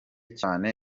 cyane